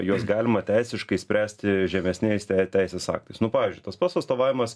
juos galima teisiškai spręsti žemesniais tei teisės aktais pavyzdžiui tas pats atstovavimas